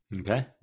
Okay